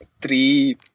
three